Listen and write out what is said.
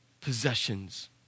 possessions